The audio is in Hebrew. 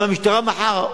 גם המשטרה מחר,